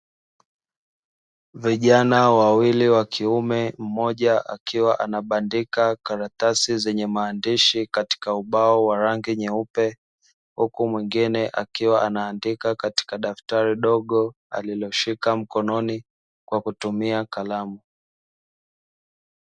Vijana wawili wa kiume mmoja akiwa anabandika karatasi zenye maandishi katika ubao wa rangi nyeupe, huku mwingine akiwa anaandika katika daftari dogo aliloshika mkononi kwa kutumia kalamu.